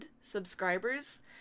subscribers